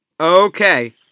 Okay